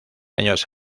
años